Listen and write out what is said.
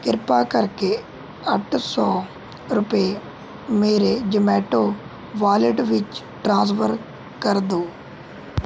ਕਿਰਪਾ ਕਰਕੇ ਅੱਠ ਸੌ ਰੁਪਏ ਮੇਰੇ ਜਮੈਟੋ ਵਾਲਿਟ ਵਿੱਚ ਟ੍ਰਾਂਸਫਰ ਕਰ ਦਿਉ